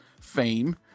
fame